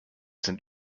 sind